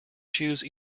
choose